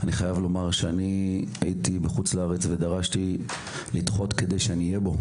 אני חייב לומר שהייתי בחוץ לארץ ודרשתי לדחות את הדיון על מנת שאהיה בו.